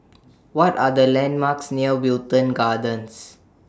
What Are The landmarks near Wilton Gardens